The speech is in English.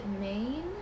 maine